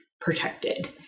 protected